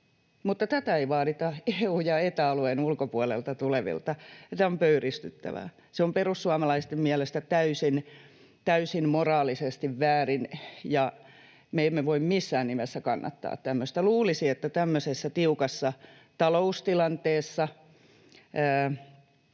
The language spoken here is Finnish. tätä ei vaadita EU- ja Eta-alueen ulkopuolelta tulevilta, ja tämä on pöyristyttävää. Se on perussuomalaisten mielestä moraalisesti täysin väärin, ja me emme voi missään nimessä kannattaa tämmöistä. Luulisi, että tämmöisessä tiukassa taloustilanteessa